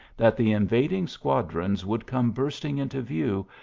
that the invad ing squadrons would come bursting into view,